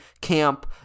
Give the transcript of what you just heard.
camp